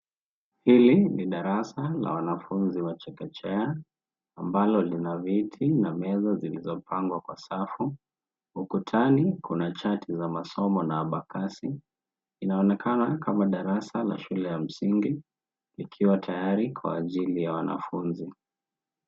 Hili ni darasa la wanafunzi wa chekechea, lenye viti na meza zilizopangwa kwa safu. Ukutani kuna chati za masomo na abakasi. Linaonekana kama darasa la shule ya msingi, likiwa tayari kwa ajili ya wanafunzi.